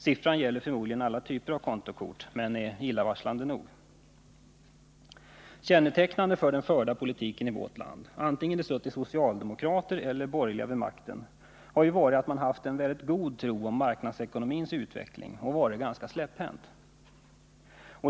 Siffran gäller förmodligen alla typer av kontokort, men den är illavarslande nog. Kännetecknande för den i vårt land förda politiken — vare sig det suttit socialdemokrater eller borgerliga vid makten — har ju varit att man satt en väldigt stor tilltro till marknadsekonomins utveckling. Man har varit ganska släpphänt.